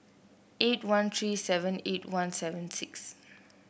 eight one three seven eight one seven six